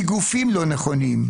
איגופים לא נכונים.